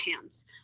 hands